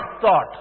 thought